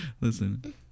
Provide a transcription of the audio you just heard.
Listen